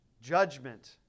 Judgment